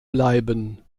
bleiben